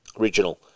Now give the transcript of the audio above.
Original